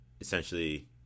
essentially